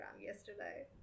yesterday